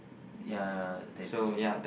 ya that's